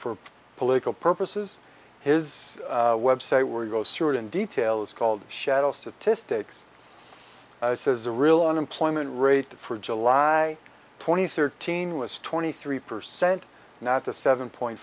for political purposes his website where you go certain details called shadow statistics says the real unemployment rate for july twenty third team was twenty three percent not the seven point